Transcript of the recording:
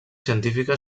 científica